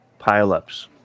pileups